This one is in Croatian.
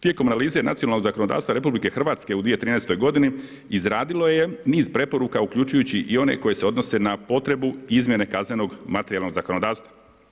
Tijekom analize nacionalno zakonodavstvo RH u 2013. godini izradilo je niz preporuka uključujući i one koje se odnose na potrebu izmjene kaznenog materijalnog zakonodavstva.